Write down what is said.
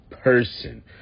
person